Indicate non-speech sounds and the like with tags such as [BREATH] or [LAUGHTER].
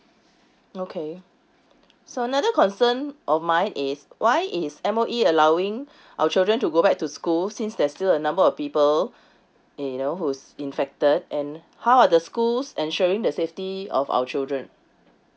okay so another concern of mine is why is M_O_E allowing [BREATH] our children to go back to school since there's still a number of people [BREATH] uh you know who's infected and how are the schools ensuring the safety of our children